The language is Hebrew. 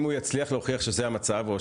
אם הוא יצליח להוכיח שזה המצב.